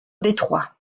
detroit